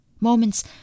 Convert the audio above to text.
Moments